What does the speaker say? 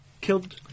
killed